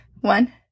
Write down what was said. One